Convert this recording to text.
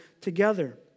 together